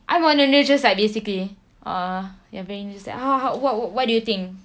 I'm on a neutral side basically uh ya very interesting how how what what do you think